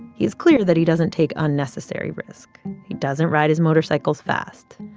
he is clear that he doesn't take unnecessary risk. he doesn't ride his motorcycles fast.